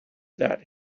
that